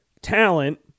talent